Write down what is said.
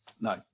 No